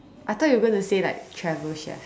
I thought were you going to say like travel chef